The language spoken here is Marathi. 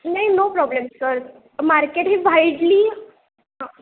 नाही नो प्रॉब्लेम सर मार्केट ही व्हाईडली हां